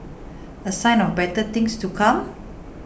a sign of better things to come